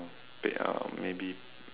they are maybe